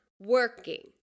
working